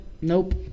Nope